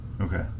okay